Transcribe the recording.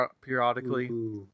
periodically